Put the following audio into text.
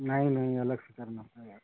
नहीं नहीं अलग से करना पड़ेगा